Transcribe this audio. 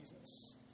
Jesus